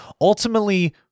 Ultimately